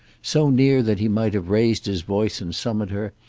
so near that he might have raised his voice and summoned her,